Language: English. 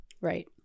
Right